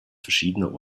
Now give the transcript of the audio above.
verschiedener